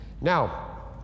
Now